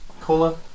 cola